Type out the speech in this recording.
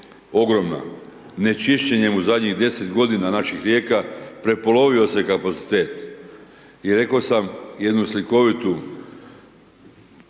ogromna. Ne čišćenjem u zadnjih 10 godina naših rijeka, prepolovio se kapacitet i rekao sam jednu slikovitu